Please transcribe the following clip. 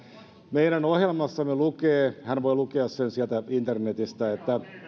meidän ohjelmassamme lukee hän voi lukea sen sieltä internetistä että